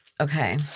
Okay